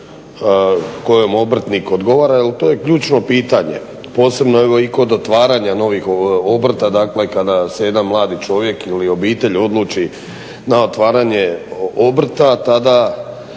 kojom obrtnik odgovara jer to je ključno pitanje, posebno evo i kod otvaranja novih obrta. Dakle kada se jedan mladi čovjek ili obitelj odluči na otvaranje obrta tada